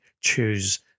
choose